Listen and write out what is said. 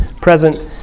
present